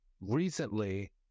recently